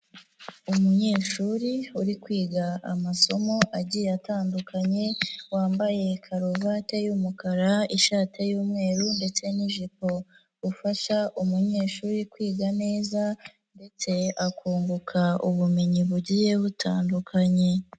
Umunyeshuri uri kwiga amasomo agiye atandukanye, wambaye karuvati y'umukara ishati y'umweru ndetse n'ijipo, ufasha umunyeshuri kwiga neza, ndetse akunguka ubumenyi bugiye butandukanye.